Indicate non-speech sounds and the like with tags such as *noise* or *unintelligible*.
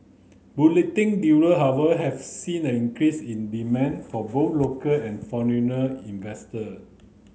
*unintelligible* dealer however have seen an increase in demand for both local and foreigner investor